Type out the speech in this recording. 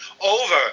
over